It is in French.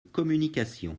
communication